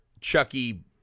Chucky